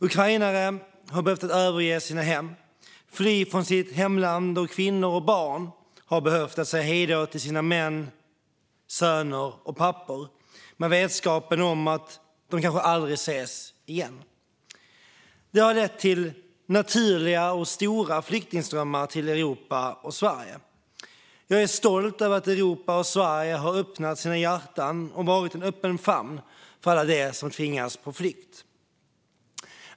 Ukrainare har fått överge sina hem, fly från sitt hemland, och kvinnor och barn har fått säga hej då till sina män, söner och pappor med vetskapen om att de kanske aldrig ses igen. Detta har lett till stora flyktingströmmar till Europa och Sverige. Jag är stolt över att Europa och Sverige har öppnat sina hjärtan och varit en öppen famn för alla dem som tvingats på flykt.